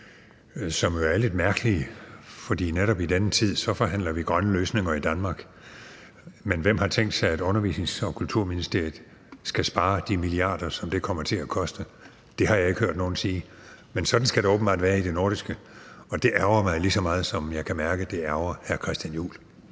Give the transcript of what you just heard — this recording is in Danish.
som jo er lidt mærkelige. For netop i denne tid forhandler vi grønne løsninger i Danmark, men hvem har tænkt sig, at Børne- og Undervisningsministeriet og Kulturministeriet skal spare de milliarder, som det kommer til at koste? Det har jeg ikke hørt nogen sige. Men sådan skal det åbenbart være i det nordiske, og det ærgrer mig lige så meget, som jeg kan mærke det ærgrer hr. Christian Juhl.